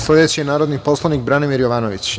Sledeći je narodni poslanik Branimir Jovanović.